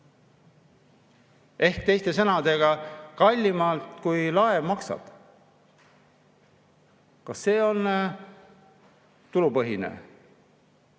Teiste sõnadega, kallimalt kui laev maksab. Kas see on tulupõhine?